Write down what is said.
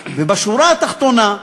ובשורה התחתונה,